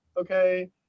okay